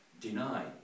deny